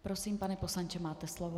Prosím, pane poslanče, máte slovo.